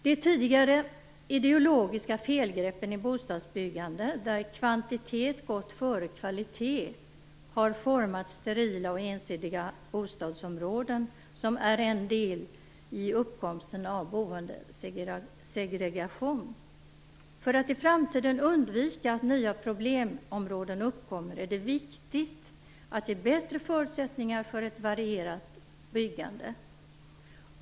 De tidigare ideologiska felgreppen i bostadsbyggandet, där kvantitet gått före kvalitet, har format sterila och ensidiga bostadsområden som varit en del i uppkomsten av boendesegregation. För att i framtiden undvika att nya problemområden uppkommer, är det viktigt att ge bättre förutsättningar för ett varierat byggande.